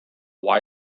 why